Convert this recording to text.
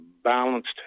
balanced